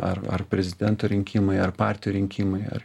ar ar prezidento rinkimai ar partijų rinkimai ar